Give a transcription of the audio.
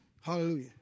Hallelujah